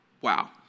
Wow